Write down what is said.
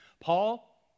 Paul